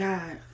God